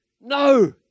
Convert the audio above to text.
No